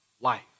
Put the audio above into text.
life